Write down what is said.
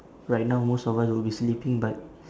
right now most of us will be sleeping but